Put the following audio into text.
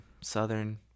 Southern